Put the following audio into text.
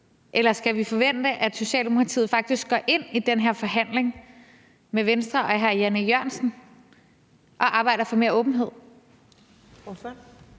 eller skal vi forvente, at Socialdemokratiet faktisk går ind i den her forhandling med Venstre og hr. Jan E. Jørgensen og arbejder for mere åbenhed?